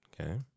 okay